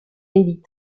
élit